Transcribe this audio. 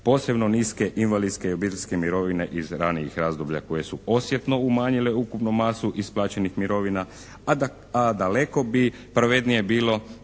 posebno niske invalidske i obiteljske mirovine iz ranijih razdoblja koje su osjetno umanjile ukupnu masku isplaćenih mirovina a daleko bi pravednije bilo